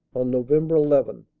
on november eleven,